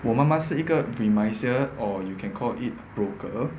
我妈妈是一个 remisier or you can call it broker